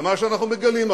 ומה שאנחנו מגלים עכשיו,